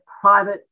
private